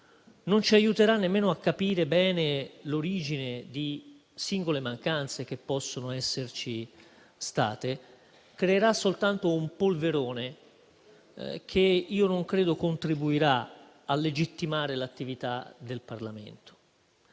Non ci aiuterà nemmeno a capire bene l'origine delle singole mancanze che possono esserci state. Creerà soltanto un polverone, che non credo contribuirà a legittimare l'attività del Parlamento.